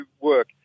work